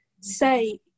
say